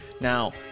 Now